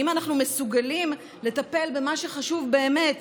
האם אנחנו מסוגלים לטפל במה שחשוב באמת